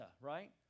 right